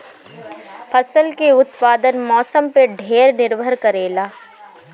फसल के उत्पादन मौसम पे ढेर निर्भर करेला